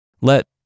let